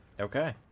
Okay